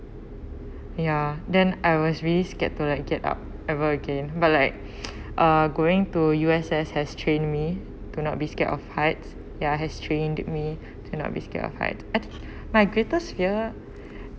ya then I was really scared to like get up ever again but like uh going to U_S_S has trained me to not be scared of heights ya has trained me to not be scared of height I my greatest fear